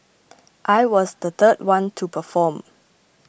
I was the third one to perform